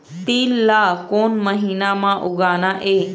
तील ला कोन महीना म उगाना ये?